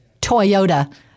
Toyota